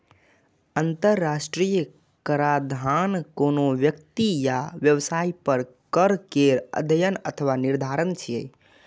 अंतरराष्ट्रीय कराधान कोनो व्यक्ति या व्यवसाय पर कर केर अध्ययन अथवा निर्धारण छियै